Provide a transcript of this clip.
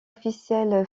officielle